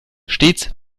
stets